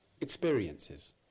experiences